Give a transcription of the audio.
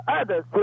others